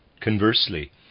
Conversely